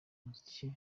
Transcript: muziki